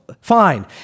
Fine